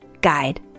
guide